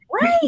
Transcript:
Right